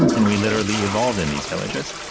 and we literally evolved in these villages.